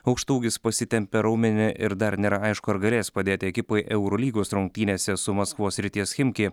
aukštaūgis pasitempė raumenį ir dar nėra aišku ar galės padėti ekipai eurolygos rungtynėse su maskvos srities chimki